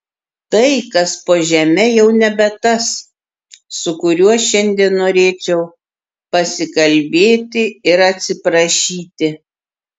tai kas po žeme jau nebe tas su kuriuo šiandien norėčiau pasikalbėti ir atsiprašyti